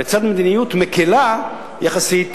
לצד מדיניות מקלה יחסית